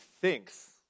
thinks